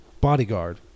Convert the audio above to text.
Bodyguard